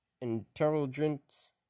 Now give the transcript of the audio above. Intelligence